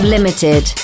Limited